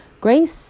Grace